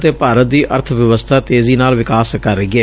ਅਤੇ ਭਾਰਤ ਦੀ ਅਰਬ ਵਿਵਸਬਾ ਤੇਜੀ ਨਾਲ ਵਿਕਾਸ ਕਰ ਰਹੀ ਏ